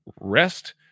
rest